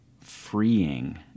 freeing